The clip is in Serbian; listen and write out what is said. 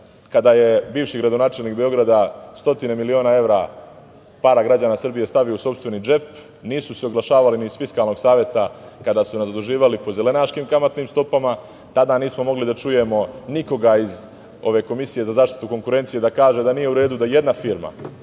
kada je bivši gradonačelnik Beograda stotine miliona evra para građana Srbije stavio u sopstveni džep. Nisu se oglašavali ni iz Fiskalnog saveta kada su nas zaduživali po zelenaškim kamatnim stopama. Tada nismo mogli da čujemo nikoga iz ove Komisije za zaštitu konkurencije, pa da kaže da nije u redu da jedna firma,